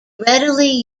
readily